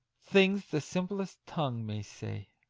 things the simplest tongue may say!